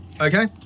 Okay